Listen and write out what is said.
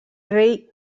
rei